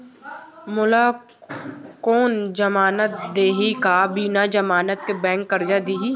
मोला कोन जमानत देहि का बिना जमानत के बैंक करजा दे दिही?